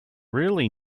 really